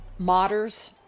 modders